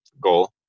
goal